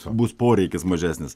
bus poreikis mažesnis